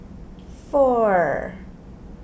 four